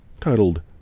titled